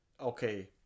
okay